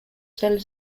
solar